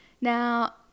Now